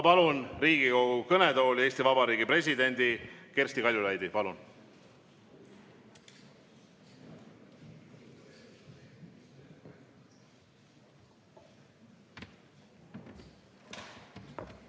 Ma palun Riigikogu kõnetooli Eesti Vabariigi presidendi Kersti Kaljulaidi. Palun!